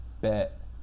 Bet